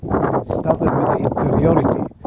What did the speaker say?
think it started with the inferiority.